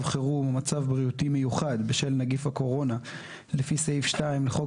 חירום ומצב בריאותי מיוחד בשל נגיף הקורונה לפי סעיף 2 לחוק